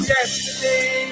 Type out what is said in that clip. Yesterday